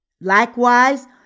Likewise